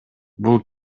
бул